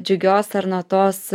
džiugios ar nuo tos